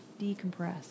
decompress